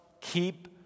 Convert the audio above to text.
Keep